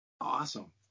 Awesome